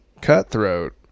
cutthroat